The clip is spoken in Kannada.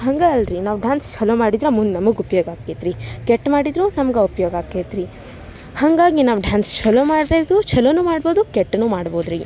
ಹಂಗೆ ಅಲ್ಲ ರಿ ನಾವು ಡಾನ್ಸ್ ಛಲೊ ಮಾಡಿದ್ರೆ ಮುಂದೆ ನಮಗೆ ಉಪ್ಯೋಗ ಆಕೈತ್ರಿ ಕೆಟ್ಟ ಮಾಡಿದರೂ ನಮ್ಗೆ ಉಪ್ಯೋಗ ಆಕೈತ್ರಿ ಹಾಗಾಗಿ ನಾವು ಡಾನ್ಸ್ ಛಲೊ ಮಾಡ್ಬೌದು ಛಲೊನೂ ಮಾಡ್ಬೋದು ಕೆಟ್ದೂ ಮಾಡ್ಬೋದು ರಿ